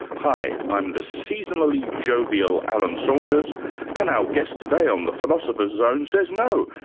hi, i'm the seasonally jovial alan saunders and our guest today on the philosopher's zone says, no,